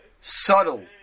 subtle